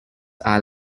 are